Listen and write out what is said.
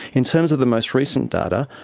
in terms of the most recent data,